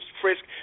frisk